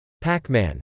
Pac-Man